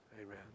Amen